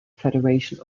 federation